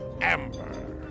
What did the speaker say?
Amber